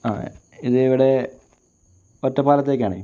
ആ ഇതിവിടെ ഒറ്റപ്പാലത്തേയ്ക്കാണേ